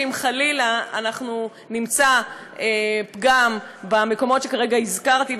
שאם חלילה אנחנו נמצא פגם במקומות שכרגע הזכרתי,